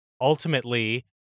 ultimately